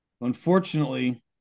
Unfortunately